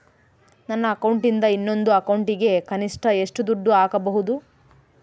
ನನ್ನ ಅಕೌಂಟಿಂದ ಇನ್ನೊಂದು ಅಕೌಂಟಿಗೆ ಕನಿಷ್ಟ ಎಷ್ಟು ದುಡ್ಡು ಹಾಕಬಹುದು?